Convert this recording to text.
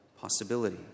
possibility